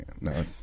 No